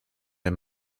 der